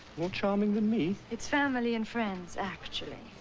more charming than me? it's family and friends actually.